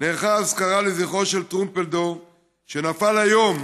נערכה אזכרה לזכרו של טרומפלדור שנפל היום,